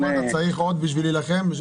כלומר, אתה צריך עוד בשביל להילחם.